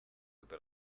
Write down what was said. per